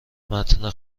متن